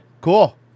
Cool